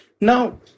Now